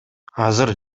азыр